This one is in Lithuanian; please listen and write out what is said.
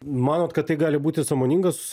manot kad tai gali būti sąmoningas